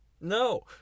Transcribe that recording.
No